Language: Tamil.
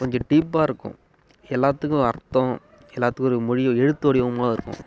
கொஞ்சம் டீப்பாக இருக்கும் எல்லாத்துக்கும் அர்த்தம் எல்லாத்துக்கும் ஒரு மொழிகள் எழுத்து வடிவமாக இருக்கும்